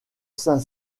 saint